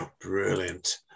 Brilliant